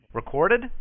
recorded